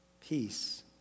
peace